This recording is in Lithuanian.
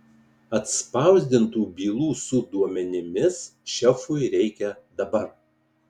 atspausdintų bylų su duomenimis šefui reikia dabar